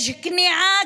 יש כניעה,